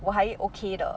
我还 okay 的